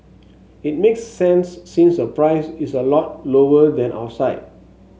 it makes sense since the price is a lot lower than outside